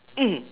mm